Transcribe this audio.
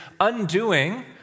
undoing